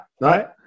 right